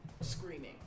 screaming